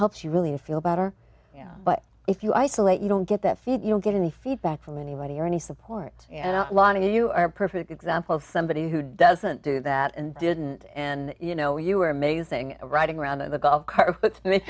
helps you really feel better but if you isolate you don't get that feed you get any feedback from anybody or any support and a lot of you are a perfect example of somebody who doesn't do that and didn't and you know you were amazing riding around on the golf car